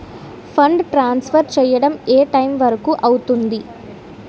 Fund transfer చేయడం ఏ time వరుకు అవుతుంది?